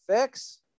fix